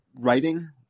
writing